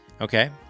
Okay